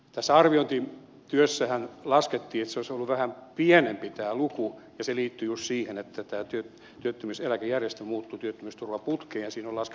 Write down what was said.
arviointityössähän laskettiin että tämä luku olisi ollut vähän pienempi ja se liittyy just siihen että työttömyyseläkejärjestelmä muuttui työttömyysturvaputkeen ja siinä on laskennallisia syitä